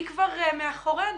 היא כבר מאחורינו.